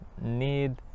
need